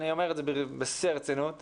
אני אומר את זה בשיא הרצינות.